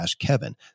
kevin